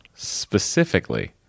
specifically